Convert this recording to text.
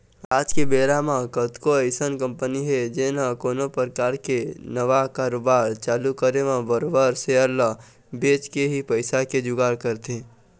आज के बेरा म कतको अइसन कंपनी हे जेन ह कोनो परकार के नवा कारोबार चालू करे म बरोबर सेयर ल बेंच के ही पइसा के जुगाड़ करथे